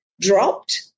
dropped